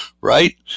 right